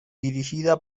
dirigida